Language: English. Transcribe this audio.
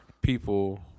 people